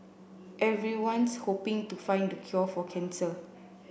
everyone's hoping to find the cure for cancer